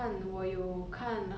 then also got like